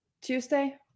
Tuesday